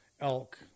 elk